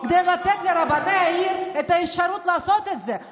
יוליה, לתת לרבני העיר את האפשרות לעשות את זה.